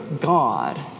God